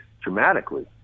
dramatically